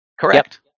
Correct